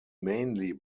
mainly